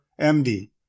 MD